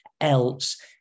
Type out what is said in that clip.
else